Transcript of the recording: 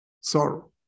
sorrow